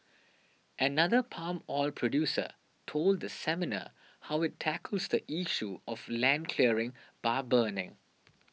another palm oil producer told the seminar how it tackles the issue of land clearing by burning